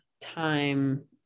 time